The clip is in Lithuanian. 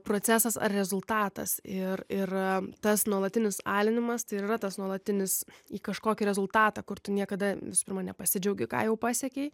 procesas ar rezultatas ir ir a tas nuolatinis alinimas tai ir yra tas nuolatinis į kažkokį rezultatą kur tu niekada visų pirma nepasidžiaugi ką jau pasiekei